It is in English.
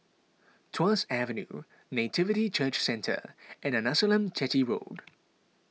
Tuas Avenue Nativity Church Centre and Arnasalam Chetty Road